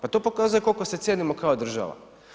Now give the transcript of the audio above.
Pa to pokazuje koliko se cijenimo kao država.